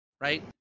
right